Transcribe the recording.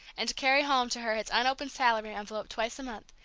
and to carry home to her his unopened salary envelope twice a month,